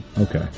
Okay